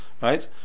right